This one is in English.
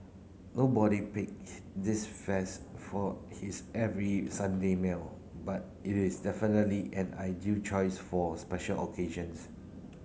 nobody pick this fest for his every Sunday meal but it is definitely an ideal choice for special